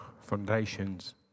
foundations